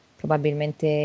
probabilmente